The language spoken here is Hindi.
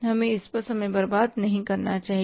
हमें इस पर समय बर्बाद नहीं करना चाहिए